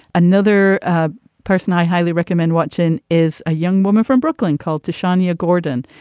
another ah person i highly recommend watching is a young woman from brooklyn called to shaniya gordon,